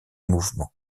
mouvement